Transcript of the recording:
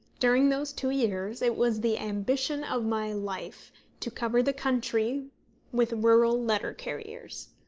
during those two years it was the ambition of my life to cover the country with rural letter-carriers.